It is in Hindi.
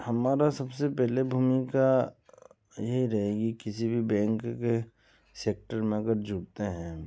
हमारा सबसे पहले भूमिका यही रहेगी किसी भी बैंक के सेक्टर में अगर जुड़ते हैं